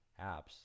apps